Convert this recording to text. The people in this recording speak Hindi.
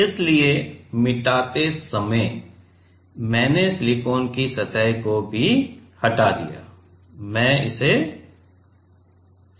इसलिए मिटाते समय मैंने सिलिकॉन की सतह को भी हटा दिया मैं इसे फिर से खींच रहा हूं